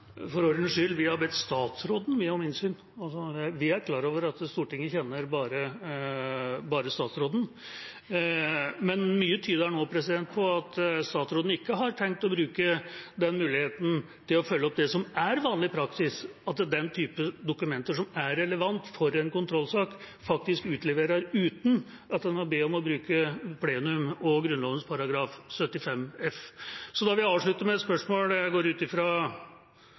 For ordens skyld: Vi har bedt statsråden om innsyn, og vi er klar over at Stortinget kjenner bare statsråden. Men mye tyder nå på at statsråden ikke har tenkt å bruke muligheten til å følge opp det som er vanlig praksis, at den typen dokumenter som er relevante for en kontrollsak, utleveres uten at en må bruke plenum og Grunnloven § 75 f. Jeg vil avslutte med et spørsmål: Jeg går ut